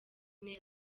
ine